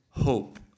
hope